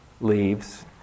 leaves